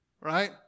right